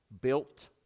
built